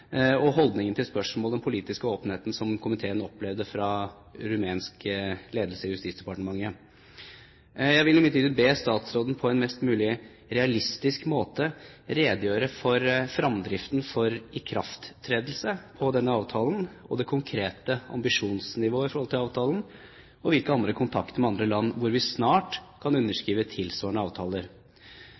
og holdningen til spørsmålet om den politiske åpenheten som komiteen opplevde fra rumensk ledelse i Justisdepartementet, må vi vel si bare er å applaudere. Jeg vil imidlertid be statsråden på en mest mulig realistisk måte å redegjøre for fremdriften for ikrafttredelse av denne avtalen og det konkrete ambisjonsnivået for avtalen, og hvilke kontakter, andre land som vi snart kan underskrive tilsvarende avtaler